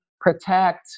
protect